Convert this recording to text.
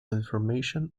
information